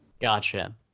Gotcha